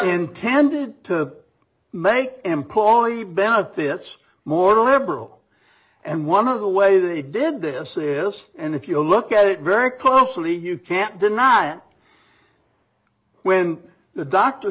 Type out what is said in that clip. intended to make employee benefits more liberal and one of the way they did this is and if you look at it very closely you can't deny and when the doctor